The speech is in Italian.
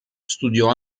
studiò